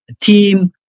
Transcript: team